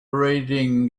reading